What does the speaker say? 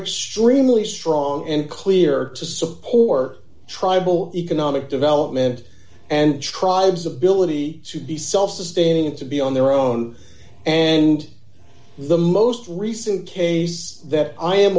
extremely strong and clear to support tribal economic development and tribes ability to be self sustaining to be on their own and the most recent case that i am